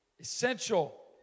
essential